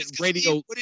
radio